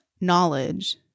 knowledge